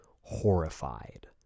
horrified